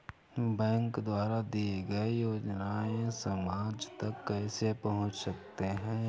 Bank द्वारा दिए गए योजनाएँ समाज तक कैसे पहुँच सकते हैं?